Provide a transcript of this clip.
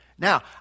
Now